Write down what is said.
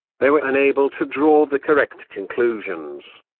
they were unable to draw the correct conclusions.